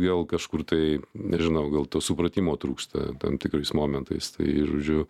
gal kažkur tai nežinau gal to supratimo trūksta tam tikrais momentais tai ir žodžiu